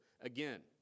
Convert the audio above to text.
again